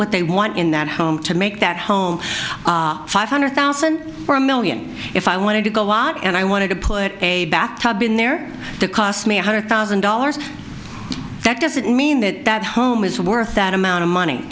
what they want in that home to make that home five hundred thousand or a million if i wanted to go out and i want to put a bath tub in there the cost me one hundred thousand dollars that doesn't mean that that home is worth that amount of money